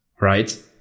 right